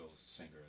singer